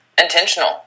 intentional